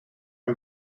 hun